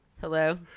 Hello